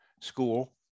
school